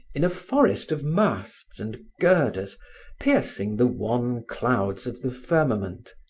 in a forest of masts and girders piercing the wan clouds of the firmament,